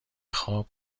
خواب